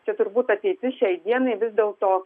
čia turbūt ateitis šiai dienai vis dėlto